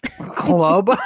Club